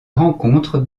rencontre